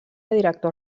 director